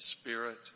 spirit